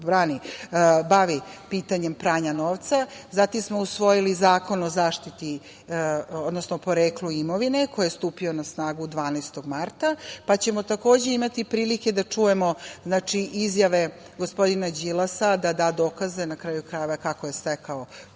upravo bavi pitanjem pranja novca. Zatim smo usvojili Zakon o poreklu imovine koji je stupio na snagu 12. marta, pa ćemo takođe imati prilike da čujemo izjave gospodina Đilasa da da dokaze kako je stekao